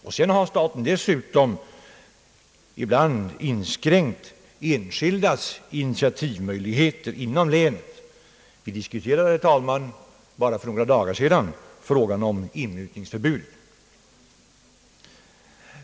Dessutom har staten ibland inskränkt enskildas initiativmöjligheter inom länet. Vi diskuterade, herr talman, bara för några dagar sedan frågan om inmutningsförbud.